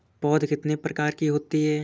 पौध कितने प्रकार की होती हैं?